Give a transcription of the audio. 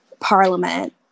parliament